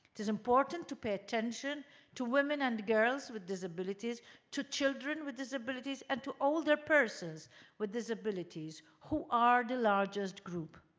it is important to pay attention to women and girls with disabilities to children with disabilities and to older persons with disabilities who are the largest group.